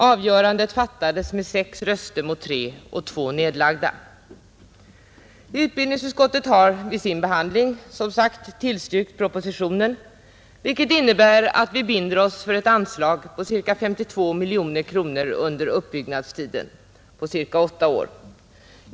Avgörandet fattades med sex röster mot tre och två nedlagda. Utbildningsutskottet har vid sin behandling, som förut sagts, tillstyrkt propositionen, vilket innebär att vi binder oss för ett anslag på ca 52 miljoner kronor under utbyggnadstiden på ca åtta år.